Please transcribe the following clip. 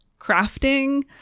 crafting